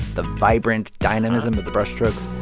the vibrant dynamism of the brush strokes.